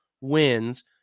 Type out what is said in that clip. wins